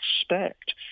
expect